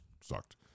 sucked